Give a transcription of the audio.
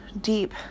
deep